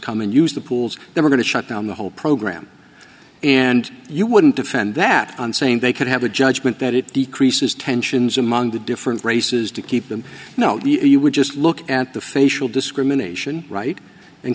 come and use the pools they're going to shut down the whole program and you wouldn't defend that and saying they could have a judgment that it decreases tensions among the different races to keep them you know you would just look at the facial discrimination right